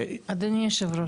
אדוני היושב ראש,